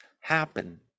happen